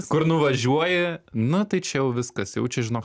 kur nuvažiuoji nu tai čia jau viskas jau čia žinok